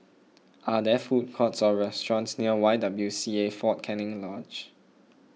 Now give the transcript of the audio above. are there food courts or restaurants near Y W C A fort Canning Lodge